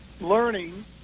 learning